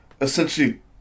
essentially